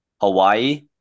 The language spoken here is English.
Hawaii